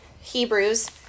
Hebrews